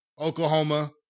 Oklahoma